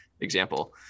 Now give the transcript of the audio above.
example